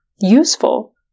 useful